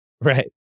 Right